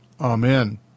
Amen